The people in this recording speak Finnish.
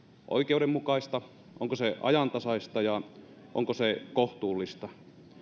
oikeudenmukaista onko se ajantasaista ja onko se kohtuullista